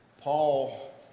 Paul